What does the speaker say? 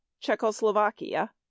Czechoslovakia